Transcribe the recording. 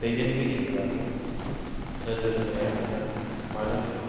दैदेनगिरिफोराबो नोजोर होनाया मोजां मानोथो